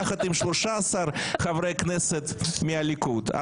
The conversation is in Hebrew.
יחד עם 13 חברי כנסת מהליכוד,